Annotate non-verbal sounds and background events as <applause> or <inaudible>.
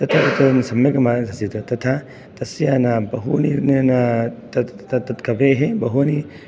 तत् तत सम्यक् <unintelligible> तथा तस्य ना बहूनि तत् कवेः बहूनि